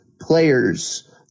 players